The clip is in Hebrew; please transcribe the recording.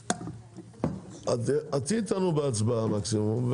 אז תהיי איתנו בהצבעה מקסימום,